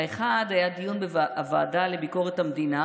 האחד היה דיון בוועדה לביקורת המדינה